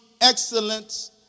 excellence